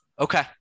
okay